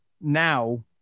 now